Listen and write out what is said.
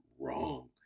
wrong